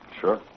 Sure